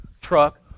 Truck